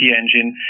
engine